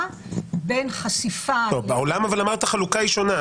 בין חשיפה -- אבל בעולם אמרת שהחלוקה היא שונה,